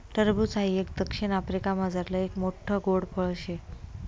टरबूज हाई एक दक्षिण आफ्रिकामझारलं एक मोठ्ठ गोड फळ शे